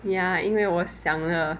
ya 因为我想了